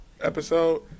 episode